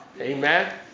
Amen